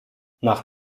nach